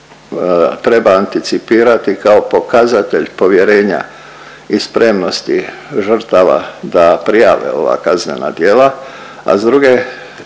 treba anticipirati kao pokazatelj povjerenja i spremnosti žrtava da prijave ova kaznena djela, s druge